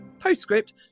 Postscript